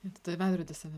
ir tada veidrody save